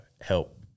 help